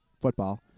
football